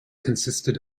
consisted